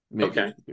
Okay